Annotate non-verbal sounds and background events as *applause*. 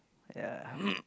ya *noise*